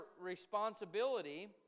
responsibility